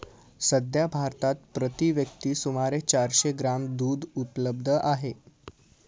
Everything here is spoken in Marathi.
सध्या भारतात प्रति व्यक्ती सुमारे चारशे ग्रॅम दूध उपलब्ध आहे